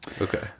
Okay